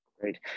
great